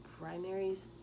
Primaries